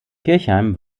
kirchheim